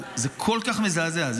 זה כל כך מזעזע.